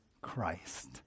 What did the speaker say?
Christ